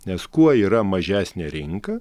nes kuo yra mažesnė rinka